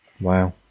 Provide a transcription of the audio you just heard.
Wow